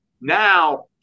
now –